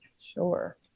Sure